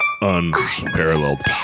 Unparalleled